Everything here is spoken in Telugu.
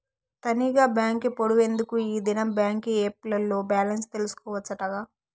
తనీగా బాంకి పోవుడెందుకూ, ఈ దినం బాంకీ ఏప్ ల్లో బాలెన్స్ తెల్సుకోవచ్చటగా